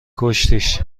کشتیش